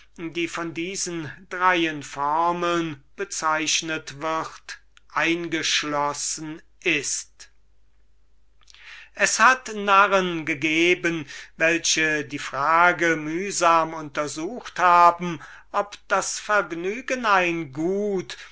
die von diesen dreien formuln bezeichnet wird es hat narren gegeben welche die frage mühsam untersucht haben ob das vergnügen ein gut